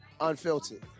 Unfiltered